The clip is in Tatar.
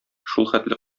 шулхәтле